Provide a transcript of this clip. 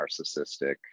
narcissistic